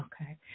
Okay